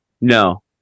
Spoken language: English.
No